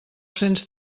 cents